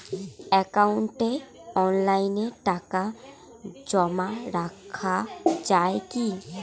একাউন্টে অনলাইনে টাকা জমা রাখা য়ায় কি?